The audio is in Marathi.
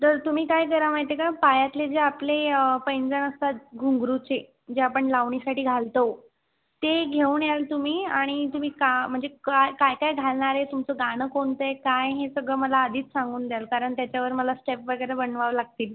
तर तुम्ही काय करा माहीत आहे का पायातले जे आपले पैंजण असतात घुंगरूचे जे आपण लावणीसाठी घालतो ते घेऊन याल तुम्ही आणि तुम्ही का म्हणजे काय काय घालणार आहे तुमचं गाणं कोणतं आहे काय हे सगळं मला आधीच सांगून द्याल कारण त्याच्यावर मला स्टेप वगैरे बनवावं लागतील